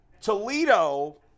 Toledo